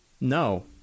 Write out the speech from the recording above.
No